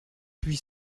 puis